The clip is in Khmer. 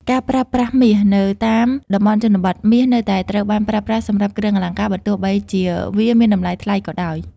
ការប្រើប្រាស់មាសនៅតាមតំបន់ជនបទ មាសនៅតែត្រូវបានប្រើប្រាស់សម្រាប់គ្រឿងអលង្ការ បើទោះបីជាវាមានតម្លៃថ្លៃក៏ដោយ។